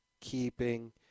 keeping